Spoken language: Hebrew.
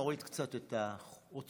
נוריד קצת את העוצמה,